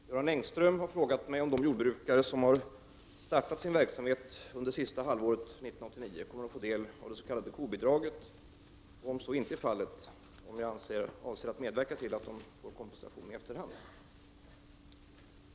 Herr talman! Göran Engström har frågat mig om de jordbrukare som startat sin verksamhet under sista halvåret 1989 kommer att få del av det s.k. kobidraget och om så inte är fallet, huruvida jag avser att medverka till att de får kompensation i efterhand?